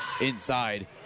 inside